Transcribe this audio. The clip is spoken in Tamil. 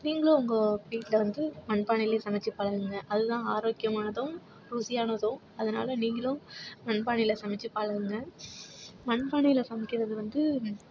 நீங்களும் உங்க வீட்டில் வந்து மண் பானையில் சமைத்து பழகுங்கள் அது தான் ஆரோக்கியமானதும் ருசியானதும் அதனால் நீங்களும் மண் பானையில் சமைச்சு பழகுங்கள் மண் பானையில் சமைக்கிறது வந்து